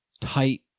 tight